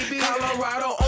Colorado